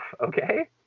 Okay